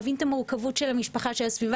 להבין את המורכבות של המשפחה, של הסביבה.